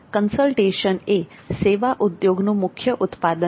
consultation એ સેવા ઉદ્યોગનુ મુખ્ય ઉત્પાદન છે